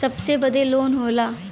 सबके बदे लोन होला